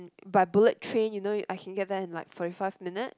by bullet train you know you I can get there in like forty five minute